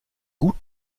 gut